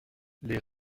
les